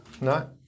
No